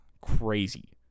crazy